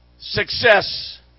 Success